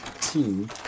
team